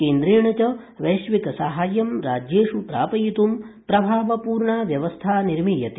केन्द्रेण च वैश्विक साहाय्यं राज्येष् प्रापयित् प्रभावपूर्णा व्यवस्था निर्मीयते